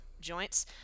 joints